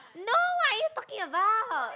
no what are you talking about